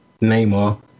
Neymar